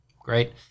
Great